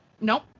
Nope